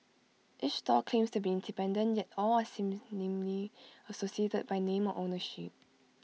each stall claims to be independent yet all are seemingly associated by name or ownership